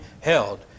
held